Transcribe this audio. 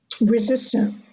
resistant